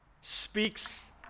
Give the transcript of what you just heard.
speaks